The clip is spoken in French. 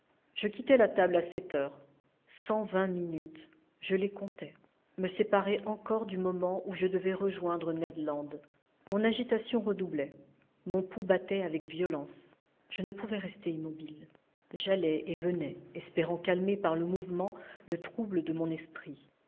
je quittai la table à sept heures cent vingt minutes je les comptais me séparaient encore du moment où je devais rejoindre ned land mon agitation redoublait mon pouls battait avec violence je ne pouvais rester immobile j'allais et venais espérant calmer par le mouvement le trouble de mon esprit